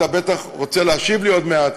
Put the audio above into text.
אתה בטח רוצה להשיב לי עוד מעט.